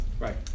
Right